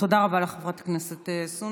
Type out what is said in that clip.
תודה רבה לך, חברת הכנסת סונדוס.